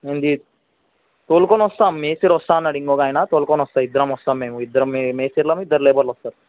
మేము తీ తీసుకొని వస్తాం మేస్త్రి వస్తా అన్నాడు ఇంకొక ఆయనని తీసుకొని వస్తాను ఇద్దరం వస్తాం మేము ఇద్దరం మే మేస్తిలం ఇద్దరు లేబర్లు వస్తారు